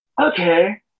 okay